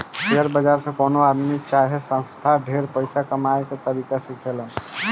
share बाजार से कवनो आदमी चाहे संस्था ढेर पइसा कमाए के तरीका सिखेलन